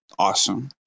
Awesome